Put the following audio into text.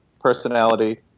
personality